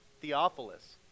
Theophilus